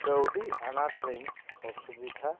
ᱠᱟᱹᱣᱰᱤ ᱟᱱᱟᱴ ᱨᱤᱧ ᱚᱥᱩᱵᱤᱫᱷᱟ